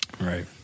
right